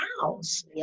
house